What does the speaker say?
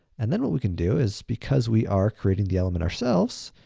and then what we can do is because we are creating the element ourselves,